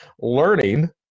learning